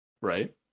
Right